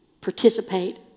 participate